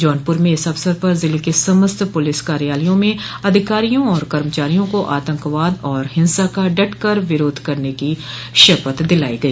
जौनपुर में इस अवसर पर जिले के समस्त पुलिस कार्यालयों में अधिकारियों और कर्मचारियों को आतंकवाद व हिंसा का डट कर विरोध करने की शपथ दिलाई गई